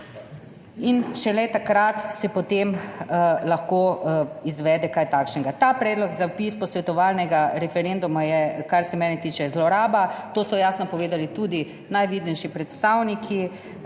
In šele takrat se potem lahko izvede kaj takšnega. Ta predlog za vpis posvetovalnega referenduma je, kar se mene tiče, zloraba. To so jasno povedali tudi najvidnejši predstavniki